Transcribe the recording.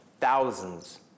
thousands